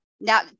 now